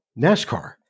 NASCAR